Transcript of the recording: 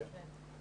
אוקיי.